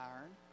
Iron